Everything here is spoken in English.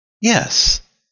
Yes